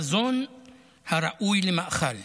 מזון הראוי למאכל,